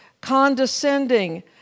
condescending